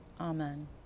Amen